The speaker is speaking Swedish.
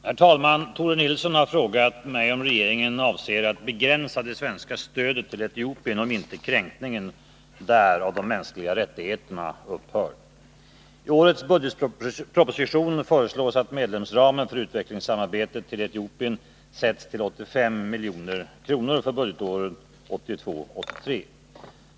Herr talman! Tore Nilsson har frågat mig om regeringen avser att begränsa det svenska stödet till Etiopien om inte kränkningen där av de mänskliga rättigheterna upphör. I årets budgetproposition föreslås att medelsramen för utvecklingssamarbetet till Etiopien sätts till 85 milj.kr. för budgetåret 1982/83.